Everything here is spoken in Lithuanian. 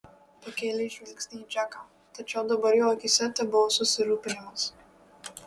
pakėlė žvilgsnį į džeką tačiau dabar jo akyse tebuvo susirūpinimas